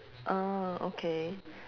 orh okay